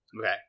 Okay